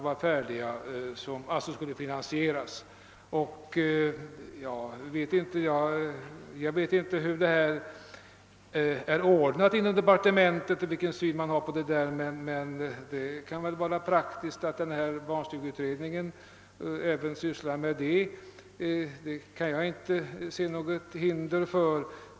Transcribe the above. Jag vet inte vilken syn man har på den saken i departementet, men det kan väl vara praktiskt att barnstugeutredningen även sysslar med den frågan. Jag kan inte se något hinder härför.